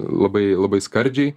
labai labai skardžiai